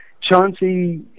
chauncey